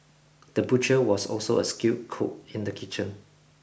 the butcher was also a skilled cook in the kitchen